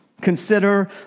Consider